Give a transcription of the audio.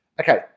Okay